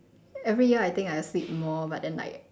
every year I think I will sleep more but then like